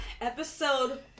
Episode